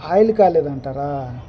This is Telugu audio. ఆయిల్ కాలేదు అంటారా